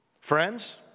Friends